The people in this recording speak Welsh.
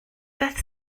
beth